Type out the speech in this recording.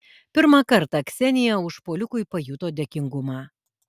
pirmą kartą ksenija užpuolikui pajuto dėkingumą